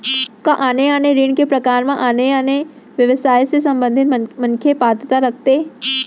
का आने आने ऋण के प्रकार म आने आने व्यवसाय से संबंधित मनखे पात्रता रखथे?